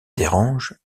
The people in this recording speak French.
dérange